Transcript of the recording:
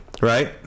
Right